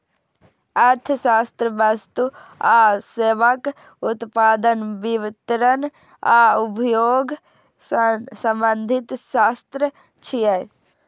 अर्थशास्त्र वस्तु आ सेवाक उत्पादन, वितरण आ उपभोग सं संबंधित शास्त्र छियै